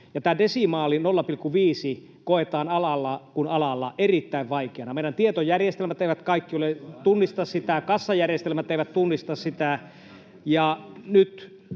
desimaali 0,5 koetaan alalla kuin alalla erittäin vaikeana. Kaikki meidän tietojärjestelmät eivät tunnista sitä, kassajärjestelmät eivät tunnista sitä —